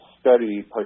study